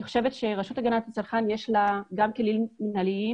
אני חושבת שלרשות להגנת הצרכן יש גם כלים מינהליים